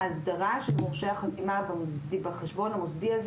האסדרה של מורשי החתימה בחשבון מוסדי הזה